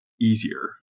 easier